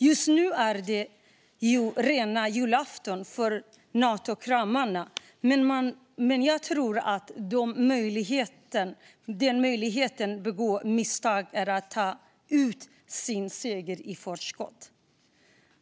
Just nu är det rena julafton för Natokramarna, men jag tror att de möjligen begår misstaget att ta ut sin seger i förskott.